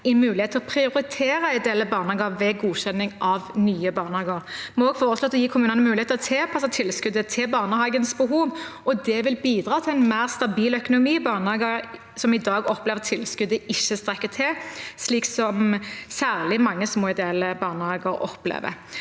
mulighet til å prioritere ideelle barnehager ved godkjenning av nye barnehager. Vi har også foreslått å gi kommunene mulighet til å tilpasse tilskuddet til barnehagens behov. Det vil bidra til en mer stabil økonomi i barnehager som i dag opplever at tilskuddet ikke strekker til, slik særlig mange små, ideelle barnehager opplever.